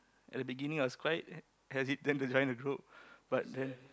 at the beginning I was quite hesitant to join the group but then